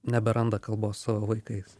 neberanda kalbos su savo vaikais